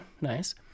nice